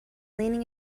leaning